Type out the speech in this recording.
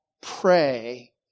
pray